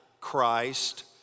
Christ